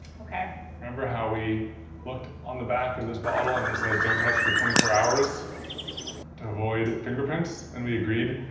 okay. you remember how we looked on the back of this bottle, and it says don't touch for twenty four hours to avoid fingerprints, and we agreed?